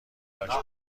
داشت